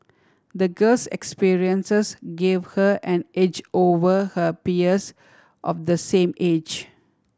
the girl's experiences gave her an edge over her peers of the same age